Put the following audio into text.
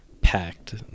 packed